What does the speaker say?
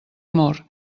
amor